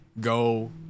go